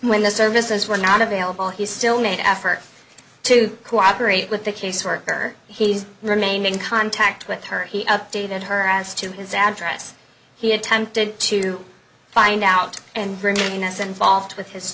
when the services were not available he still made an effort to cooperate with the caseworker he's remained in contact with her he updated her as to his address he attempted to find out and bringing us involved with his